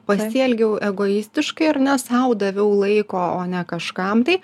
pasielgiau egoistiškai ar ne sau daviau laiko o ne kažkam tai